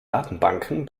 datenbanken